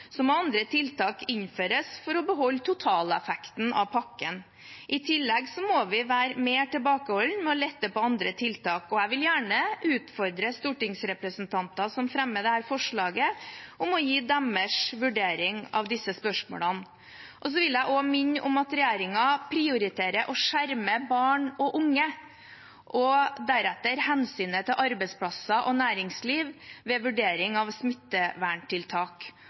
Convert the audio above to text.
må andre tiltak innføres for å beholde totaleffekten av pakken. I tillegg må vi være mer tilbakeholdne med å lette på andre tiltak. Jeg vil gjerne utfordre stortingsrepresentantene som fremmer dette forslaget, om å gi sine vurderinger av disse spørsmålene. Jeg vil også minne om at regjeringen prioriterer å skjerme barn og unge, deretter hensynet til arbeidsplasser og næringsliv ved vurdering av smitteverntiltak.